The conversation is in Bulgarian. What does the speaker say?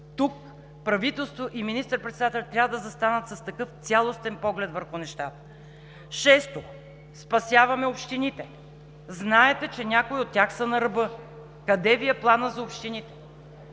Тук правителството и министър-председателят трябва да застанат с такъв цялостен поглед върху нещата. Шесто, спасяваме общините. Знаете, че някои от тях са на ръба, къде Ви е планът за общините?